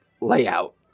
layout